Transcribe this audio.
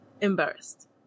embarrassed